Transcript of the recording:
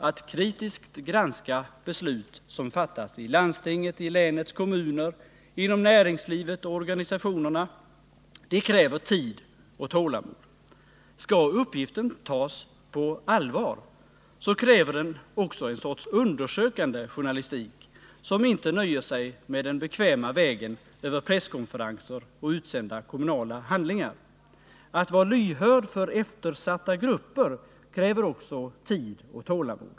Att kritiskt granska beslut som fattas i landstinget, i länets kommuner, inom näringslivet och i organisationerna kräver tid och tålamod. Skall uppgiften tas på allvar så kräver den också ett slags undersökande journalistik, som inte nöjer sig med den bekväma vägen över presskonferenser och utsända kommunala handlingar. Att vara lyhörd för eftersatta grupper kräver också tid och tålamod.